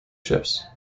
ships